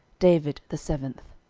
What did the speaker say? david the seventh